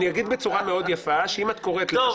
אני אגיד בצורה מאוד יפה שאם את קוראת למה